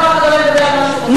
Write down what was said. אז כל אחד ידבר על מה שהוא רוצה?